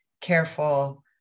careful